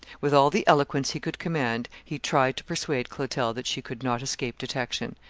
with all the eloquence he could command, he tried to persuade clotel that she could not escape detection,